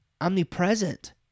omnipresent